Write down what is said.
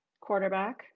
quarterback